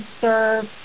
serve